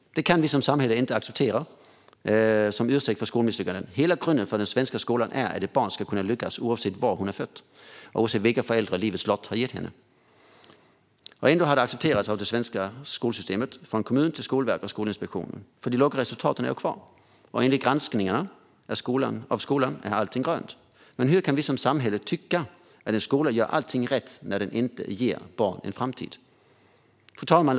Det kan vi som samhälle inte acceptera som ursäkt för skolmisslyckanden. Hela grunden för den svenska skolan är att ett barn ska kunna lyckas oavsett var hon är född och oavsett vilka föräldrar livets lott har gett henne. Ändå har detta accepterats av det svenska skolsystemet - från kommun till skolverk och skolinspektion. För de låga resultaten är ju kvar, och enligt granskningarna av skolan är allting grönt. Men hur kan vi som samhälle tycka att en skola gör allting rätt när den inte ger barn en framtid? Fru talman!